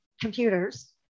computers